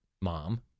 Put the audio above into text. Mom